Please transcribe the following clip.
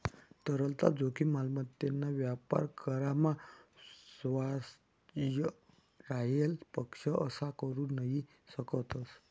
तरलता जोखीम, मालमत्तेना व्यापार करामा स्वारस्य राहेल पक्ष असा करू नही शकतस